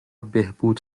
بهبود